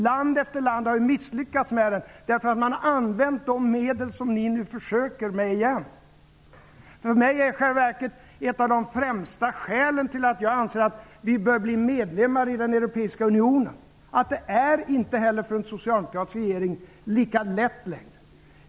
Land efter land har ju misslyckats, därför att man har använt de medel som ni nu försöker med igen. För mig är i själva verket ett av de främsta skälen till att jag anser att vi bör bli medlemmar i den europeiska unionen att det inte heller för en socialdemokratisk regering är lika lätt längre.